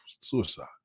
Suicide